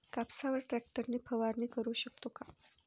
कापसावर ट्रॅक्टर ने फवारणी करु शकतो का?